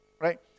Right